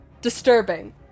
disturbing